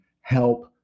help